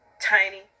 tiny